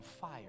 fire